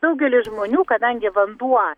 daugelis žmonių kadangi vanduo